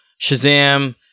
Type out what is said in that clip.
Shazam